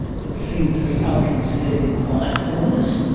but seemed to sulk instead in quiet corners.